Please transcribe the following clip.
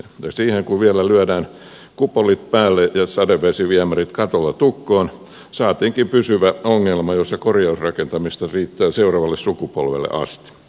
ja siihen kun vielä lyötiin kupolit päälle ja sadevesiviemärit katolla tukkoon saatiinkin pysyvä ongelma jossa korjausrakentamista riittää seuraavalle sukupolvelle asti